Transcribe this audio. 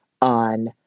on